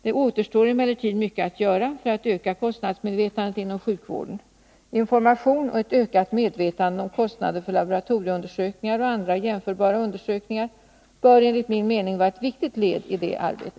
Det återstår emellertid mycket att göra för att öka kostnadsmedvetandet inom sjukvården. Information och ett ökat medvetande om kostnader för laboratorieundersökningar och andra jämförbara undersökningar bör enligt min mening vara ett viktigt led i detta arbete.